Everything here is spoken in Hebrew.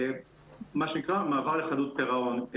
מה שנקרא מעבר לחדות פירעון.